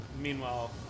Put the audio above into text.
meanwhile